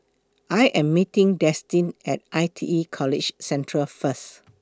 I Am meeting Destin At I T E College Central First